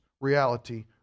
reality